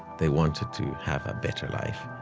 they wanted to have a better life.